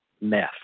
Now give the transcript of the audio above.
meth